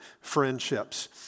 friendships